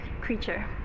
creature